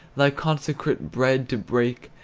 thy consecrated bread to break,